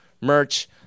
merch